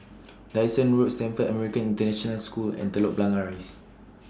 Dyson Road Stamford American International School and Telok Blangah Rise